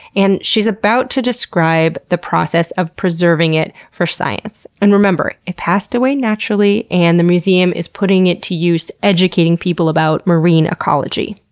and she's about to describe the process of preserving it for science. and remember it passed away naturally and the museum is putting it to use educating people about marine ecology.